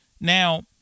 Now